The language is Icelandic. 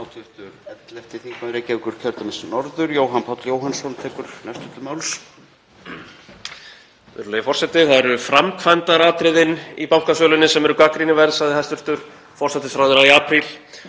Það eru framkvæmdaratriðin í bankasölunni sem eru gagnrýniverð, sagði hæstv. forsætisráðherra í apríl.